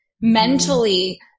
mentally